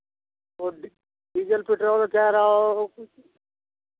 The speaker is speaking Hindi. वो डी डीजल पेट्रोल के रहओ